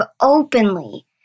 openly